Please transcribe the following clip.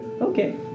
Okay